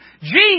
Jesus